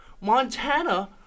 Montana